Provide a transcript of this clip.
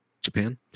Japan